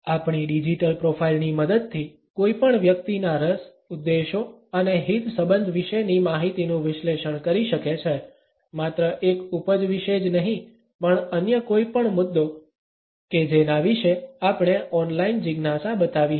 આપણી ડિજિટલ પ્રોફાઇલની મદદથી કોઈ પણ વ્યક્તિના રસ ઉદ્દેશો અને હિતસબંધ વિશેની માહિતીનું વિશ્લેષણ કરી શકે છે માત્ર એક ઉપજ વિશે જ નહીં પણ અન્ય કોઈ પણ મુદ્દો કે જેના વિશે આપણે ઓનલાઈન જિજ્ઞાસા બતાવી હશે